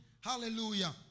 hallelujah